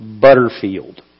Butterfield